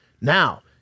Now